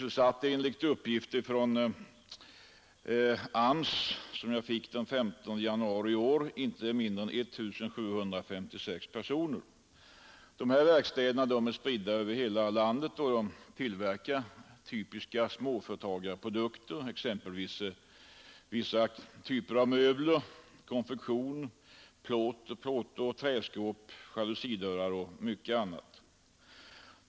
Enligt uppgifter från AMS den 15 januari i år sysselsatte man vid de arbetsplatserna inte mindre än 1 756 personer. Dessa verkstäder är spridda över hela landet och tillverkar typiska småföretagarprodukter, t.ex. vissa typer av möbler, konfektion, plåtoch träskåp, jalusidörrar och mycket annat.